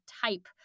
type